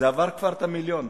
זה כבר עבר את המיליון,